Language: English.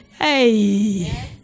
Hey